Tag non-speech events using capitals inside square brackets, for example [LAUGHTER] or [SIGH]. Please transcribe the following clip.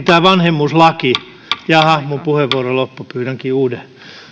[UNINTELLIGIBLE] tämä vanhemmuuslaki jaha minun puheenvuoroni loppui pyydänkin uuden